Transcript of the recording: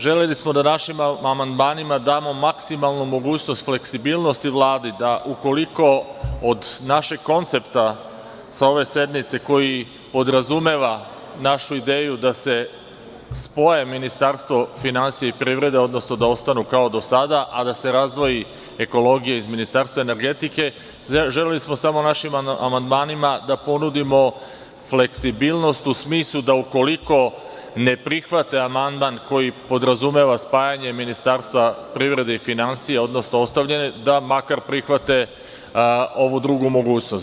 Želeli smo da našim amandmanima damo maksimalnu mogućnost i fleksibilnost Vladi, da ukoliko od našeg koncepta sa ove sednice, koji podrazumeva našu ideju da se spoje Ministarstvo finansija i privrede, odnosno da ostanu kao do sada, a da se razdvoji ekologija iz Ministarstva energetike, želeli smo samo našim amandmanima da ponudimo fleksibilnost u smislu da ukoliko ne prihvate amandman koji podrazumeva spajanje Ministarstva privrede i finansija, odnosno ostavljene, da makar prihvate ovu drugu mogućnost.